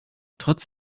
trotz